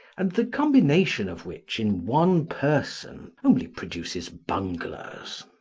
and the combination of which in one person only produces bunglers.